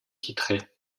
titrée